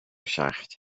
schacht